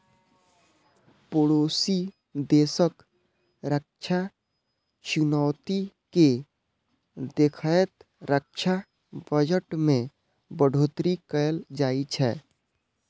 पड़ोसी देशक रक्षा चुनौती कें देखैत रक्षा बजट मे बढ़ोतरी कैल जाइ छै